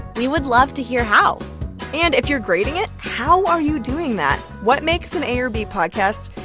we would love to hear how and if you're grading it, how are you doing that? what makes an a or b podcast?